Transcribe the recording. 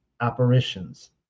apparitions